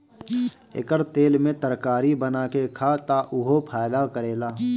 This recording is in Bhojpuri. एकर तेल में तरकारी बना के खा त उहो फायदा करेला